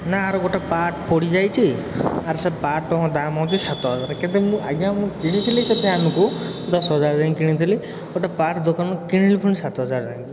ନା ଆର ଗୋଟେ ପାର୍ଟ୍ ପୋଡ଼ିଯାଇଛି ଆର ସେ ପାର୍ଟ୍ ଦାମ୍ ହେଉଛି ସାତହଜାର କେତେ ମୁଁ ଆଜ୍ଞା ମୁଁ କିଣିଥିଲି କେତେ ଆମକୁ ଦଶହଜାର ଦେଇକି କିଣିଥିଲି ଗୋଟେ ପାର୍ଟ୍ ଦୋକାନରୁ କିଣିଲି ପୁଣି ସାତହଜାର ଦେଇକି